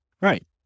Right